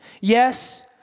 Yes